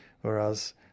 Whereas